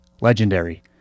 legendary